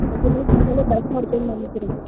எட்ரை மணிக்கு வந்தாலே கரெக்டாக இருக்கும்னு நினைக்கிறேங்க